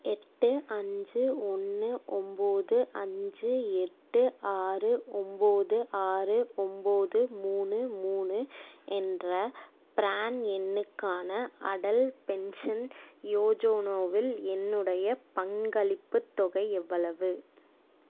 எட்டு அஞ்சு ஒன்று ஒம்பது அஞ்சு எட்டு ஆறு ஒம்பது ஆறு ஒம்பது மூணு மூணு என்ற ப்ரான் எண்ணுக்கான அடல் பென்ஷன் யோஜனாவில் என்னுடைய பங்களிப்புத் தொகை எவ்வளவு